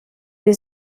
was